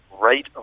right